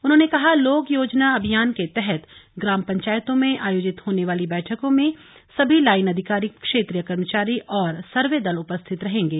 उन्होंने कहा लोक योजना अभियान के तहत ग्राम पंचायतों में आयोजित होने वाली बैठको में सभी लाईन अधिकारी क्षेत्रीय कर्मचारी और सर्वे दल उपस्थित रहेंगे